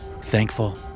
Thankful